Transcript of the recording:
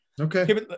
Okay